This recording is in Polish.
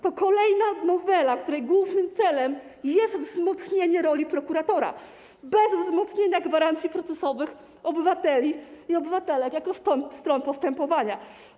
To kolejna nowela, której głównym celem jest wzmocnienie roli prokuratora bez wzmocnienia gwarancji procesowych obywateli i obywatelek jako stron postępowania.